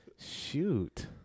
Shoot